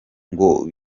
ngo